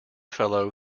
fellow